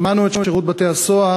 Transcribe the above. שמענו את שירות בתי-הסוהר,